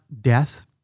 death